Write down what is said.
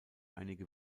einige